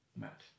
Matt